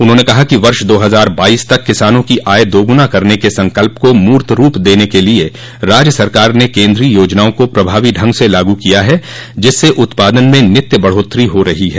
उन्होंने कहा कि वर्ष दो हजार बाइस तक किसानों की आय दो गुना करने के संकल्प को मुर्त रूप देने के लिए राज्य सरकार ने केन्द्रीय योजनाओं को प्रभावी ढंग से लागू किया है जिससे उत्पादन में नित्य बढ़ोत्तरी हो रही है